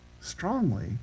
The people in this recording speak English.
strongly